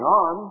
on